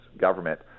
government